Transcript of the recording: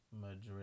Madrid